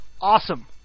Awesome